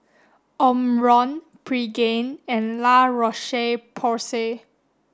Omron Pregain and La Roche Porsay